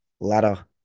ladder